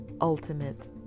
ultimate